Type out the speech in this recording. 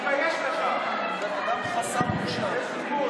אז בואו נתחיל, איך אמר ליברמן, חבר הכנסת טיבי,